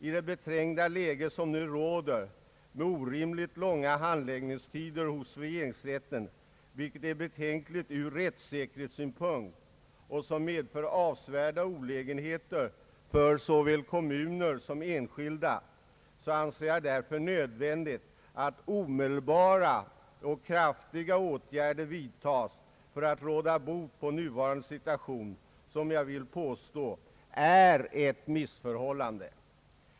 I det beträngda läge som nu råder med orimligt långa handläggningstider hos regeringsrätten, vilket är betänkligt ur rättssäkerhetssynpunkt och vilket medför avsevärda olägenheter för såväl kommuner som enskilda, anser jag det därför nödvändigt att omedelbara och kraftfulla åtgärder vidtas för att råda bot på nuvarande situation, som jag vill påstå är ett missförhållande.